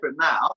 now